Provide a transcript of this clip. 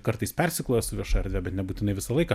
kartais persikloja su vieša erdve bet nebūtinai visą laiką